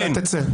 בבקשה תצא.